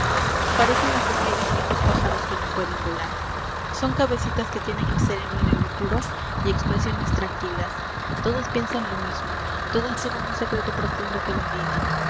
parecen las espigas viejos pájaros que no pueden volar son cabecitas que tienen el cerebro de oro puro y expresiones tranquilas todas piensan lo mismo todas llevan un secreto profundo que meditan